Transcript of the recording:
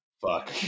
Fuck